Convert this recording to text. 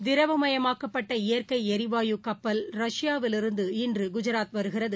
திரவமயமாக்கப்பட்ட இயற்கை எரிவாயு கப்பல் ரஷ்யாவில் இருந்து இன்று குஜராத் வருகிறது